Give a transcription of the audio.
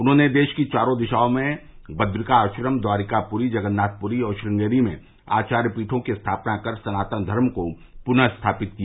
उन्होंने देश की चारों दिशाओं बद्रिका आश्रम द्वारिकापुरी जगन्नाथपुरी और श्रंगेरी में आचार्य पीठों की स्थापना कर सनातन धर्म को पूनः स्थापित किया